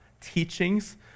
teachings